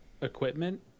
equipment